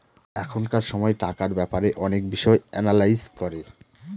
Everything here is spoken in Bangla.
এখনকার সময় টাকার ব্যাপারে অনেক বিষয় এনালাইজ করে